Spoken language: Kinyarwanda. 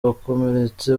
bakomeretse